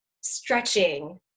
stretching